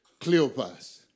Cleopas